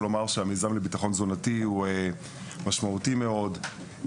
לומר שהמיזם לביטחון תזונתי הוא משמעותי מאוד,